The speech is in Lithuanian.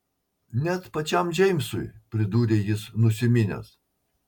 net pačiam džeimsui pridūrė jis nusiminęs